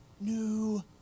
new